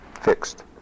fixed